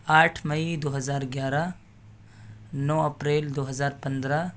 آٹھ مئی دو ہزار گیارہ نو اپریل دو ہزار پندرہ